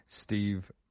Steve